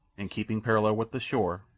and, keeping parallel with the shore,